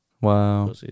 Wow